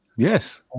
Yes